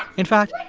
in fact,